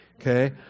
Okay